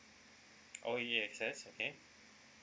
oh A_X_S okay